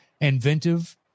inventive